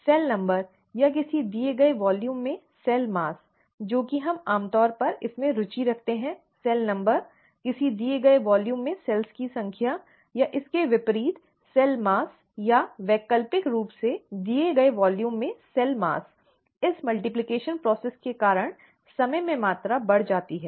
cell number या किसी दिए गए वॉल्यूम में सेल द्रव्यमान सही जो कि हम आम तौर पर इसमें रुचि रखते हैं सेल नंबर किसी दिए गए वॉल्यूम में कोशिकाओं की संख्या या इसके विपरीत सेल द्रव्यमान या वैकल्पिक रूप से दिए गए वॉल्यूम में सेल द्रव्यमान इस गुणन प्रक्रिया के कारण समय में मात्रा बढ़ जाती है